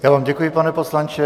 Já vám děkuji, pane poslanče.